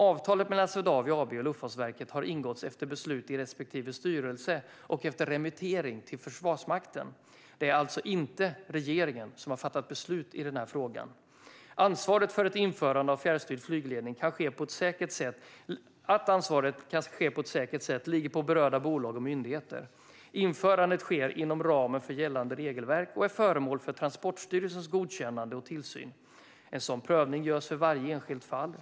Avtalet mellan Swedavia AB och Luftfartsverket har ingåtts efter beslut i respektive styrelse och efter remittering till Försvarsmakten. Det är alltså inte regeringen som har fattat beslut i frågan. Ansvaret för att införande av fjärrstyrd flygledning kan ske på ett säkert sätt ligger på berörda bolag och myndigheter. Införandet sker inom ramen för gällande regelverk och är föremål för Transportstyrelsens godkännande och tillsyn. En sådan prövning görs för varje enskilt fall.